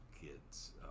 kids